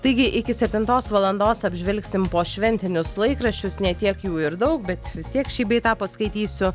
taigi iki septintos valandos apžvelgsim po šventinius laikraščius ne tiek jų ir daug bet vis tiek šį bei tą paskaitysiu